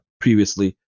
previously